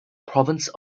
province